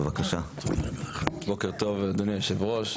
בוקר טוב אדוני היושב ראש.